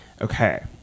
Okay